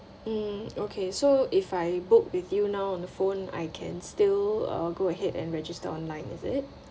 mm okay so if I book with you now on the phone I can still uh go ahead and register online is it